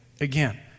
Again